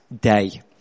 day